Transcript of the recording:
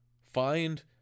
Find